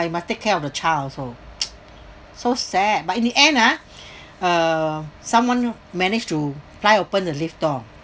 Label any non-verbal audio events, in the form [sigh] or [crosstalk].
but you must take care of the child also [noise] so sad but in the end ah [breath] uh someone managed to fly open the lift door